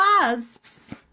wasps